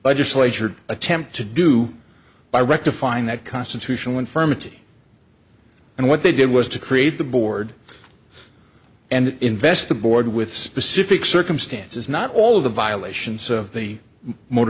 legislature attempt to do by rectifying that constitutional infirmity and what they did was to create the board and invest the board with specific circumstances not all of the violations of the motor